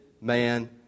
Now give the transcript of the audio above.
man